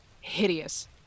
hideous